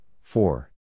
four